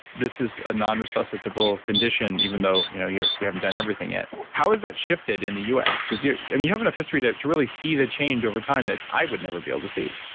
this is a non-resuscitable condition even though you know we haven't done everything yet, how has that shifted in the us? because you yeah you have enough history to to really see the change over time that i would never be able to see